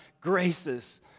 graces